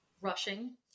Rushing